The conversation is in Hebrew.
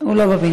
הוא לא בבניין.